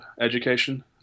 education